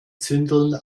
zündeln